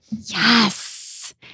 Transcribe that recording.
Yes